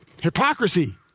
hypocrisy